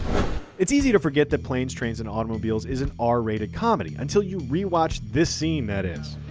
it's easy to forget that planes, trains, and automobiles is an r rated comedy, until you re-watch this scene that is.